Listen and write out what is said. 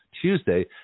Tuesday